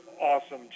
awesome